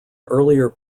earlier